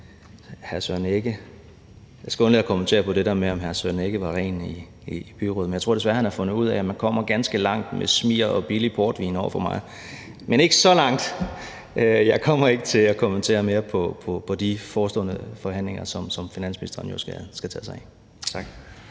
Jeg skal undlade at kommentere på det der med, om hr. Søren Egge Rasmussen var ren i forhold til byrådet, men jeg tror desværre, han har fundet ud af, at man kommer ganske langt med smiger og billig portvin over for mig, men ikke så langt. Jeg kommer ikke til at kommentere mere på de forestående forhandlinger, som finansministeren jo skal tage sig af. Tak.